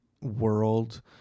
world